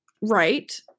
right